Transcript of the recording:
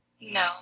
No